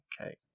Okay